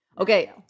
okay